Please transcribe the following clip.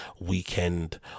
weekend